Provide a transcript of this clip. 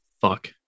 fuck